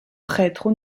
prêtre